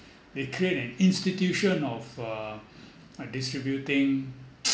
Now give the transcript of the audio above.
they create an institution of uh uh distributing